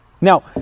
Now